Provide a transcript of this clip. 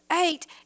eight